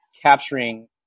capturing